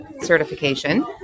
certification